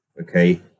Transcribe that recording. okay